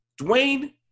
Dwayne